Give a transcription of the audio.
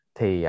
Thì